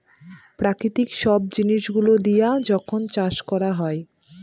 প্রাকৃতিক সব জিনিস গুলো দিয়া যখন চাষ করা হয়